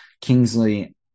Kingsley –